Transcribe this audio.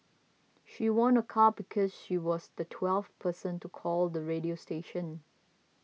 she won a car because she was the twelfth person to call the radio station